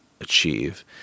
achieve